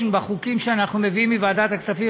בחוקים שאנחנו מביאים מוועדת הכספים,